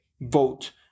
vote